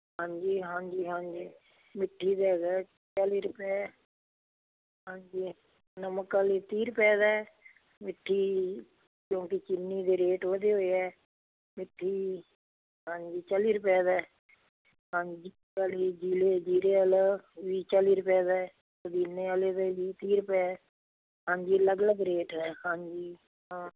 ਹਾਂਜੀ ਹਾਂਜੀ ਹਾਂਜੀ ਮਿੱਠੀ ਦੇ ਹੈਗਾ ਚਾਲੀ ਰੁਪਏ ਹਾਂਜੀ ਨਮਕ ਵਾਲੀ ਤੀਹ ਰੁਪਏ ਦਾ ਮਿੱਠੀ ਕਿਉਂਕਿ ਚੀਨੀ ਦੇ ਰੇਟ ਵਧੇ ਹੋਏ ਹੈ ਇਹ ਤੀਹ ਹਾਂਜੀ ਚਾਲੀ ਰੁਪਏ ਦਾ ਹੈ ਹਾਂਜੀ ਚਾਲੀ ਜੀਰੇ ਜੀਰੇ ਵਾਲਾ ਵੀ ਚਾਲੀ ਰੁਪਏ ਦਾ ਪੁਦੀਨੇ ਵਾਲੇ ਦਾ ਵੀ ਤੀਹ ਰੁਪਏ ਹਾਂਜੀ ਅਲੱਗ ਅਲੱਗ ਰੇਟ ਹੈ ਹਾਂਜੀ ਹਾਂ